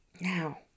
now